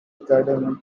cadmium